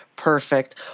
Perfect